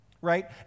right